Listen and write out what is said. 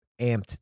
amped